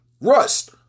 Rust